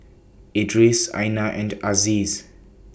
Idris Aina and Aziz